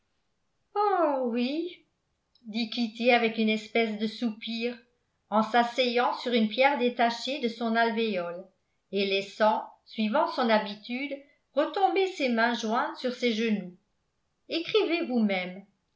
oh oui dit kitty avec une espèce de soupir en s'asseyant sur une pierre détachée de son alvéole et laissant suivant son habitude retomber ses mains jointes sur ses genoux écrivez vous-même